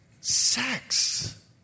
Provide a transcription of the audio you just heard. Sex